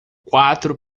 quatro